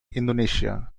indonesia